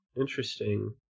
Interesting